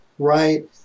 right